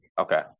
okay